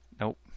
Nope